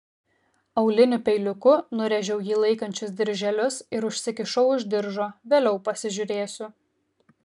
auliniu peiliuku nurėžiau jį laikančius dirželius ir užsikišau už diržo vėliau pasižiūrėsiu